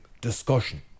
discussion